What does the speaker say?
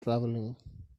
travelling